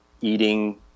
eating